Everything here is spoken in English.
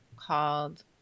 called